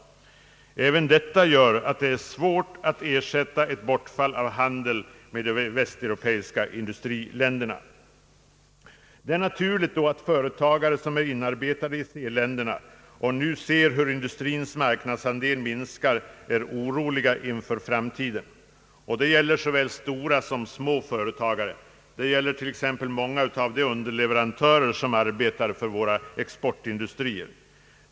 Även detta gör att det är svårt att ersätta ett bortfall av handel mellan de västeuropeiska industriländerna. Det är naturligt att företagare som är inarbetade i EEC-länderna och som nu ser hur industrins marknadsandel minskar är oroliga för framtiden. Det gäller såväl stora som små företagare, och det gäller t.ex. många underleverantörer till våra exportindustrier.